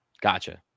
Gotcha